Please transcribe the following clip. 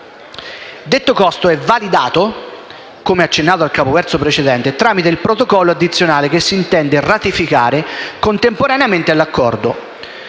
Detto costo è «validato», come accennato al capoverso precedente, tramite il Protocollo addizionale che si intende ratificare contemporaneamente all'Accordo;